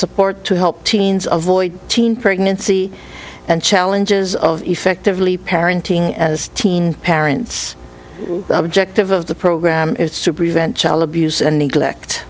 support to help teens of void teen pregnancy and challenges of effectively parenting as teen parents object of of the program is sue prevent child abuse and neglect